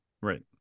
right